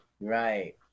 right